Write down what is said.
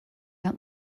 out